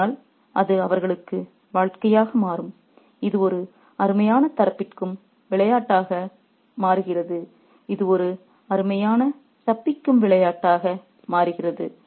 ஆனால் அது அவர்களுக்கு வாழ்க்கையாக மாறும் இது ஒரு அருமையான தப்பிக்கும் விளையாட்டாக மாறுகிறது